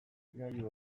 gailu